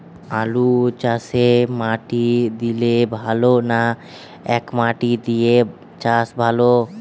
আলুচাষে মাটি দিলে ভালো না একমাটি দিয়ে চাষ ভালো?